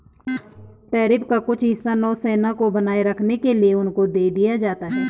tariff का कुछ हिस्सा नौसेना को बनाए रखने के लिए उनको दे दिया जाता है